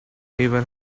even